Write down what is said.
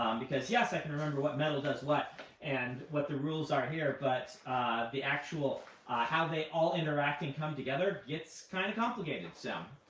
um because yes, i can remember what metal does what and what the rules are here. but the actual how they all interact and come together gets kind of complicated. so